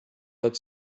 had